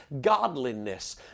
godliness